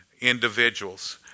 individuals